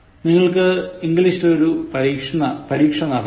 നിങ്ങൾക്ക് ഇംഗ്ലീഷിൽ ഒരു പരീക്ഷ നടത്തണം